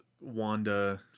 Wanda